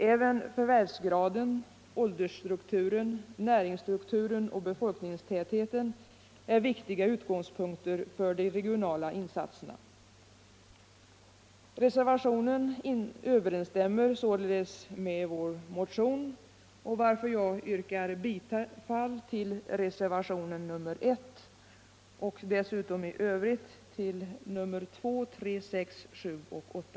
Även förvärvsgraden, åldersstrukturen, näringsstrukturen och befolkningstätheten är viktiga utgångspunkter för de regionala insatserna.”